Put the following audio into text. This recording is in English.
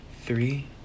three